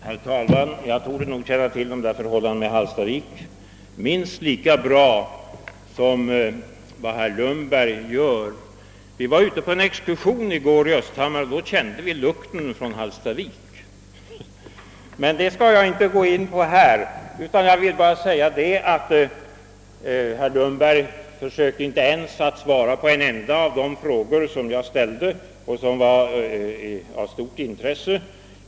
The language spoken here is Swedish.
Herr talman! Jag torde nog känna till förhållandena i Hallstavik minst lika bra som herr Lundberg. Jag var i går med på en expedition i Hargshamn i Östhammar och då kände vi lukten från Hallstavik men jag skall inte här gå in på sådana saker. Jag vill bara påpeka, att herr Lundberg inte ens försöker att svara på en enda av de frågor, som jag ställde och som är av stort intresse.